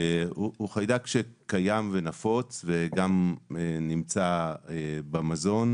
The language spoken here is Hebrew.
חיידק קיים ונפוץ ונמצא במזון,